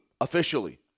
officially